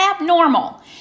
abnormal